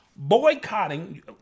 boycotting